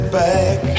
back